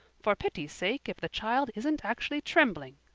for pity's sake, if the child isn't actually trembling!